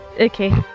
Okay